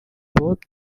both